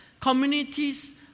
communities